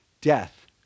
death